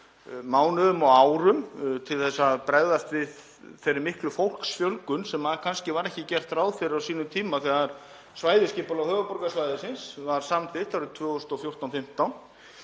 mánuðum og árum til að bregðast við þessari miklu fólksfjölgun sem var ekki gert ráð fyrir á sínum tíma þegar svæðisskipulag höfuðborgarsvæðisins var samþykkt árið 2015.